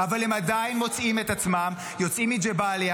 אבל הם עדיין מוצאים את עצמם יוצאים מג'באליה